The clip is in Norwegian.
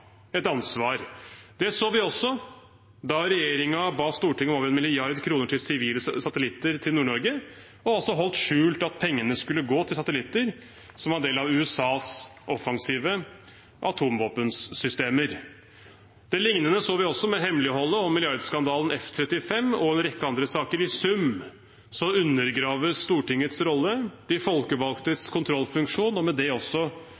Det så vi også da regjeringen ba Stortinget om over 1 mrd. kr til sivile satellitter til Nord-Norge, og altså holdt skjult at pengene skulle gå til satellitter som var en del av USAs offensive atomvåpensystemer. Noe lignende så vi også med hemmeligholdet av milliardskandalen F-35 og en rekke andre saker. I sum undergraves Stortingets rolle, de folkevalgtes kontrollfunksjon, og med det også